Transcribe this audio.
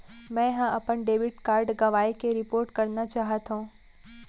मै हा अपन डेबिट कार्ड गवाएं के रिपोर्ट करना चाहत हव